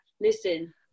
listen